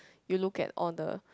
you look at all the